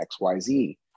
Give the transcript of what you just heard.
XYZ